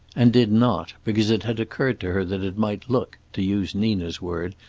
and did not, because it had occurred to her that it might look, to use nina's word,